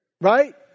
Right